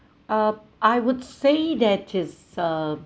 ah I would say that is uh